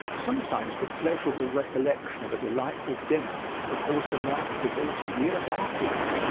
sometimes the pleasurable recollection of a delightful dinner will cause the mouth to water years afterward,